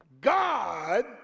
God